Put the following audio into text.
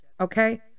Okay